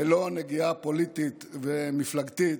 ללא נגיעה פוליטית ומפלגתית,